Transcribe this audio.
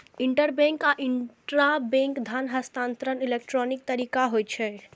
interbank आ intrabank धन हस्तांतरण इलेक्ट्रॉनिक तरीका होइ छै